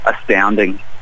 astounding